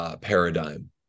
paradigm